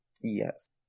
Yes